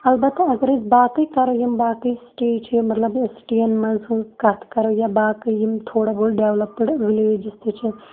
اَلبَتہِ اَگَر أسۍ باقٕے کَرَو یِم باقٕے سِٹِی چھِ مَطلَب سِٹِیَن مَنٛز ہِنٛز کَتھ کَرَو یا باقٕے یِم تھوڑا بہت ڈیٚولَپٕڈ وِلیجٕس تہِ چھِ